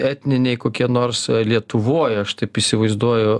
etniniai kokie nors lietuvoj aš taip įsivaizduoju